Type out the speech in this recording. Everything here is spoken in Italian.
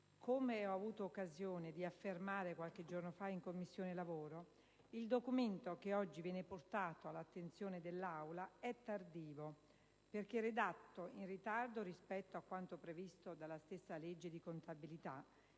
come ho avuto occasione di affermare qualche giorno fa in Commissione lavoro, il documento che oggi viene portato all'attenzione dell'Aula è tardivo, perché redatto in ritardo rispetto a quanto previsto dalla stessa legge di contabilità,